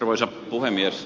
arvoisa puhemies